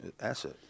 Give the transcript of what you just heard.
asset